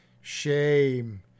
shame